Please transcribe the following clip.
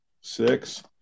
six